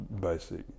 basic